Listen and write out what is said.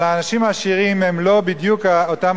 אבל האנשים העשירים הם לא בדיוק אותם